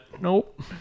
Nope